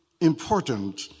important